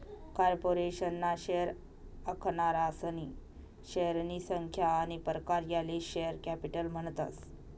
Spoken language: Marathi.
कार्पोरेशन ना शेअर आखनारासनी शेअरनी संख्या आनी प्रकार याले शेअर कॅपिटल म्हणतस